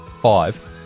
five